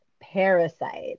parasite